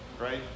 right